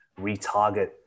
retarget